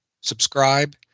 subscribe